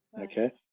okay